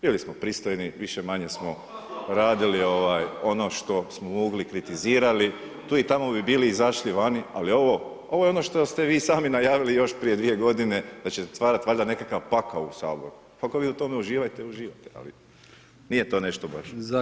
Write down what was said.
Bili smo pristojni, više-manje smo radili, ono što smo mogli kritizirali, tu i tamo bi bili izašli vani, ali ovo, ovo je ono što ste vi sami najavili još prije 2 g. da ćete otvarati valjda nekakav pakao u Saboru, pa ako vi u tome uživate, uživajte, nije to nešto baš.